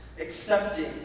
accepting